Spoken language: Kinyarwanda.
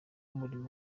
w’imirimo